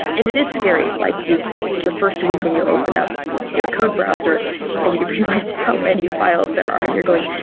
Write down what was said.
and it is scary. like your first week when you open up your code browser and you've realized how many files there are and you're going,